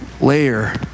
layer